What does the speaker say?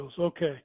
okay